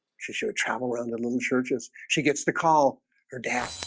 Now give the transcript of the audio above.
she should travel around the little churches she gets to call her dad